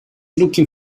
looking